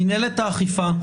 מינהלת האכיפה,